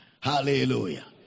hallelujah